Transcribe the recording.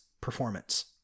performance